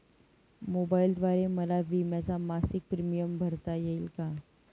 मोबाईलद्वारे मला विम्याचा मासिक प्रीमियम भरता येईल का?